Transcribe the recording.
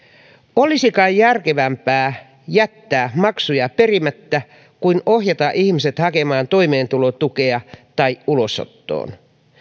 olisi kai järkevämpää jättää maksuja perimättä kuin ohjata ihmiset hakemaan toimeentulotukea tai ulosottoon